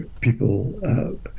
people